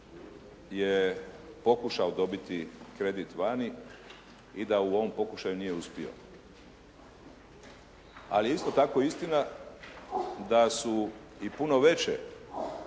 je pokušao dobiti kredit vani i da u ovom pokušaju nije uspio. Ali je isto tako istina da su i puno veće